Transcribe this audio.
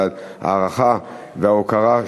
וההערכה וההוקרה,